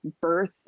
birth